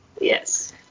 Yes